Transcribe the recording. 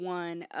one